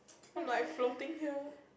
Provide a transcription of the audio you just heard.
I'm like floating here